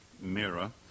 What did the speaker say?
mirror